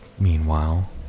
meanwhile